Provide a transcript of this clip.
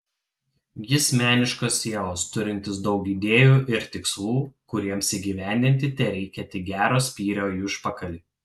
jis meniškos sielos turintis daug idėjų ir tikslų kuriems įgyvendinti tereikia tik gero spyrio į užpakalį